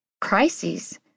crises